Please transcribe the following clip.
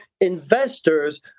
investors